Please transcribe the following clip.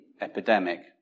epidemic